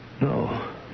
No